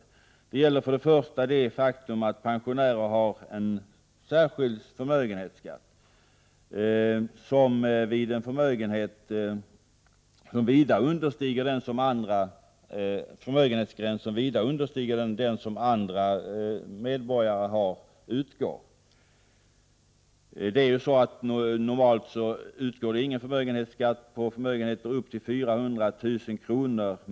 Först och främst har ju pensionärer en särskild förmögenhetsskatt vid en förmögenhet som vida understiger den förmögenhetsgräns som gäller för andra medborgare. Normalt blir det ju ingen förmögenhetsskatt på förmögenheter upp till 400 000 kr.